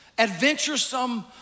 adventuresome